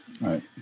right